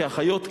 כאחיות,